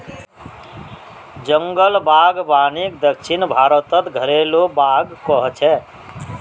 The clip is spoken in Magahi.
जंगल बागवानीक दक्षिण भारतत घरेलु बाग़ कह छे